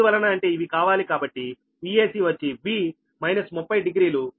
ఎందువలన అంటే ఇవి కావాలి కాబట్టి Vac వచ్చి V∟ 300 డిగ్రీలు